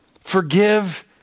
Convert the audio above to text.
Forgive